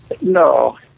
No